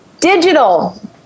digital